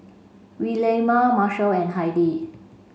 Williemae Marshal and Heidi